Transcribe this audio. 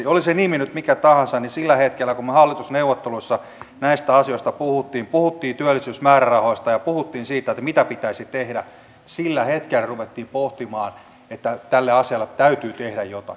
oli se nimi nyt mikä tahansa niin sillä hetkellä kun me hallitusneuvotteluissa näistä asioista puhuimme puhuimme työllisyysmäärärahoista ja puhuimme siitä mitä pitäisi tehdä sillä hetkellä ruvettiin pohtimaan että tälle asialle täytyy tehdä jotakin